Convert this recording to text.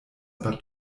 aber